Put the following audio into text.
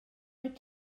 wyt